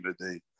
today